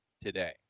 today